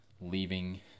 leaving